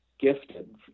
gifted